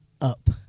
up